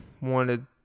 Wanted